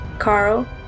Carl